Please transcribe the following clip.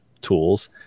tools